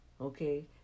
Okay